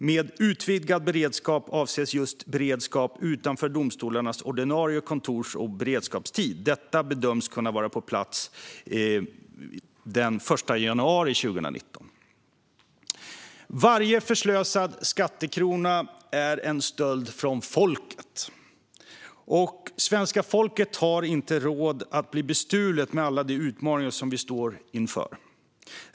Med utvidgad beredskap avses just beredskap utanför domstolarnas ordinarie kontors och beredskapstid. Detta bedöms kunna vara på plats den 1 januari 2020. Varje förslösad skattekrona är en stöld från folket. Och svenska folket har inte råd att bli bestulna, med tanke på alla utmaningar som vi står inför.